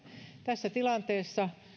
tässä tilanteessa